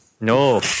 No